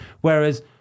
Whereas